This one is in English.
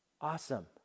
Awesome